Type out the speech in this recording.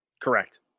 Correct